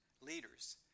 leaders